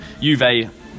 Juve